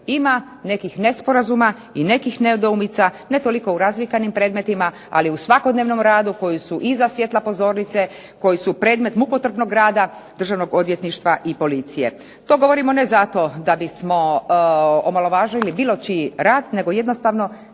ima nekih nesporazuma i nekih nedoumica ne toliko u razvikanim predmetima, ali u svakodnevnom radu koji su iza svjetla pozornice, koji su predmet mukotrpnog rada Državnog odvjetništva i policije. To govorimo ne zato da bismo omalovažili bilo čiji rad, nego jednostavno